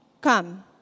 Come